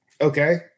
Okay